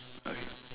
okay